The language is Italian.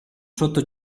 sotto